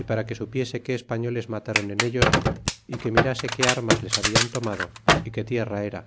y para que supiese qué españoles mataron en ellos y que mirase qué armas les habiaa tomado y qué tierra era